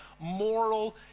moral